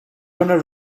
gonna